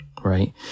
Right